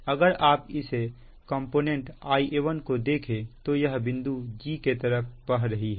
अगर आप इस कंपोनेंट Ia1 को देखें तो यह बिंदु g के तरफ बह रही है